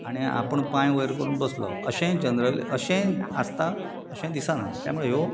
आनी आपूण पांय वयर करून बसलो अशें जनरली अशें आसता अशें दिसना त्यामुळे ह्यो